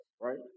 right